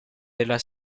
della